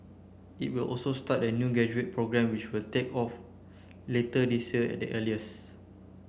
it will also start a new graduate programme which will take off later this year at the earliest